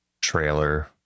trailer